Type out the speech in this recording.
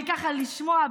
ככה לשמוע,